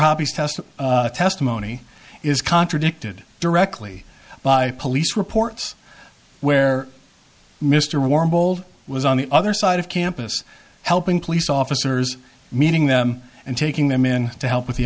hobbes test testimony is contradicted directly by police reports where mr warren bold was on the other side of campus helping police officers meeting them and taking them in to help with the